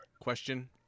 question